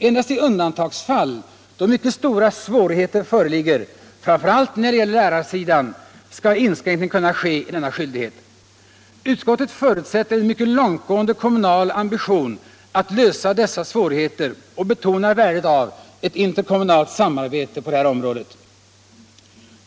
Endast i undantagsfall, då mycket stora svårigheter föreligger, framför allt när det gäller lärarsidan, skall inskränkning kunna ske i denna skyldighet. Utskottet förutsätter en mycket långtgående kommunal ambition att lösa dessa svårigheter och betonar värdet av ett interkommunalt samarbete på det här området.